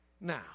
Now